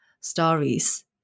stories